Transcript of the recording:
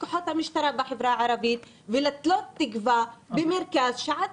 כוחות המשטרה בחברה הערבית ולתלות תקווה במרכז שעד